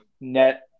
net